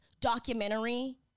documentary